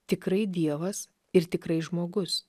tikrai dievas ir tikrai žmogus